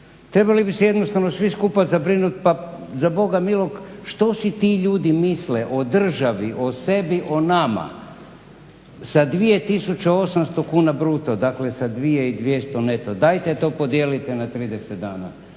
trebali bi se jednostavno svi skupa zabrinuti, pa za boga milog što si ti ljudi misle o državi, o sebi, o nama sa 2830 bruto, dakle sa 2200 neto, dajte o podijelite na 30 dana